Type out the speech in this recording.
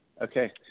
okay